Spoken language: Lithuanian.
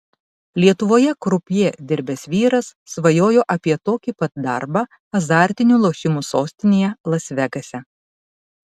lietuvoje krupjė dirbęs vyras svajojo apie tokį pat darbą azartinių lošimų sostinėje las vegase